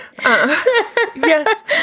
Yes